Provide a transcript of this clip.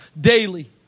daily